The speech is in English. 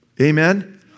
Amen